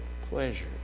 pleasure